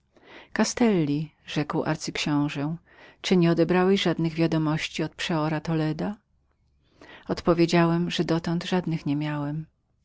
castelli rzekł arcyksiąże nieodebrałżeś żadnych wiadomości od przeora toleda odpowiedziałem że dotąd żadnych nie miałem